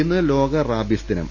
ഇന്ന് ലോക റാബീസ് ദിനം